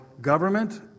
government